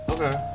Okay